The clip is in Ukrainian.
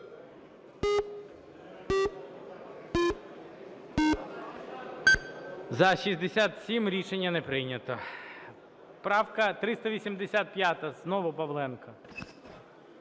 За-67 Рішення не прийнято. Правка 385, знову Павленко.